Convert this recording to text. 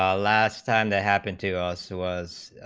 ah last time they happen to us was,